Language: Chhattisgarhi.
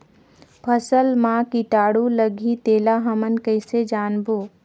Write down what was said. फसल मा कीटाणु लगही तेला हमन कइसे जानबो?